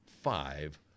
five